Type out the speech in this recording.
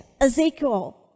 Ezekiel